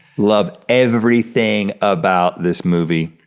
love everything about this movie.